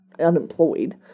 Unemployed